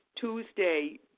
Tuesday